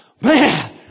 Man